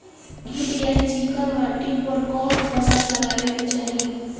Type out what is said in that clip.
गील या चिकन माटी पर कउन फसल लगावे के चाही?